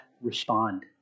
respond